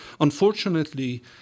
Unfortunately